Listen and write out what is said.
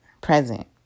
present